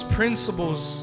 principles